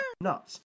nuts